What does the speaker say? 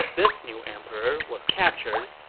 this new emperor was captured,